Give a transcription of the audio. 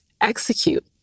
execute